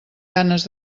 ganes